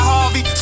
Harvey